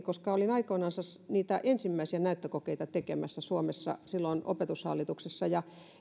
koska olin aikoinansa niitä ensimmäisiä näyttökokeita suomessa tekemässä silloin opetushallituksessa